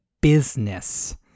business